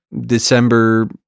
December